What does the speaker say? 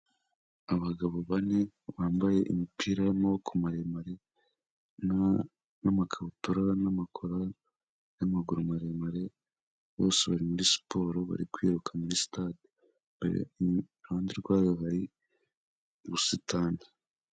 Abagabo bane bambaye imipira y'amaboko maremare n'amakabutura n'amakora y'amaguru maremare bose bari muri siporo, bari kwiruka muri sitade iruhande rwayo bari ubusitani.